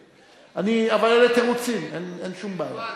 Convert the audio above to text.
אבל אלה תירוצים, אין שום בעיה.